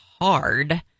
hard